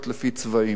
לא לפי סוג.